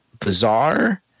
bizarre